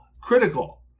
critical